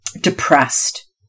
depressed